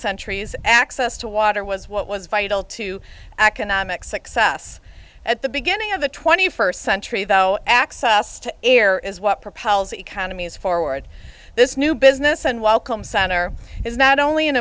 centuries access to water was what was vital to economic success at the beginning of the twenty first century though access to air is what propels economies forward this new business and welcome center is not only an